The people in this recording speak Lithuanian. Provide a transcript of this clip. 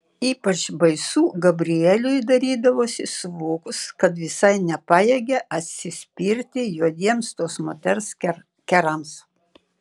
ypač baisu gabrieliui darydavosi suvokus kad visai nepajėgia atsispirti juodiems tos moters kerams